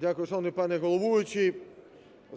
Дякую, шановний пане головуючий.